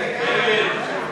נתקבל.